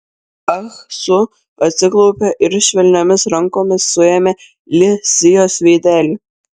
ah su atsiklaupė ir švelniomis rankomis suėmė li sijos veidelį